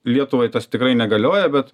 lietuvai tas tikrai negalioja bet